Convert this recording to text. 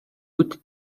août